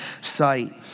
sight